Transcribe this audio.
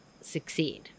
succeed